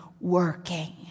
working